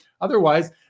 Otherwise